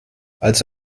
als